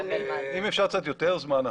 אם אפשר קצת יותר זמן.